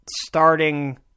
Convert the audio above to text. starting